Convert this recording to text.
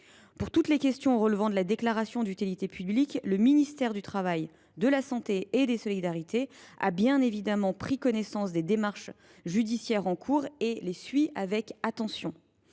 Pour toutes les questions relevant de la déclaration d’utilité publique, le ministère du travail, de la santé et des solidarités a bien entendu connaissance des démarches judiciaires en cours et les suit avec attention.